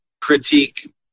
critique